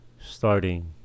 starting